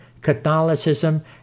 Catholicism